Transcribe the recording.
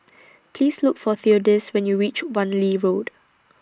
Please Look For Theodis when YOU REACH Wan Lee Road